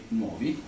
nuovi